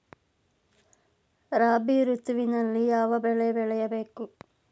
ರಾಬಿ ಋತುವಿನಲ್ಲಿ ಯಾವ ಬೆಳೆ ಬೆಳೆಯ ಬೇಕು?